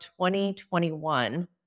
2021